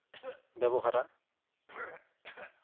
ᱵᱮᱵᱚᱦᱟᱨᱟ